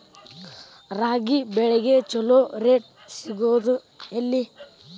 ರಾಗಿ ಬೆಳೆಗೆ ಛಲೋ ರೇಟ್ ಸಿಗುದ ಎಲ್ಲಿ?